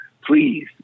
please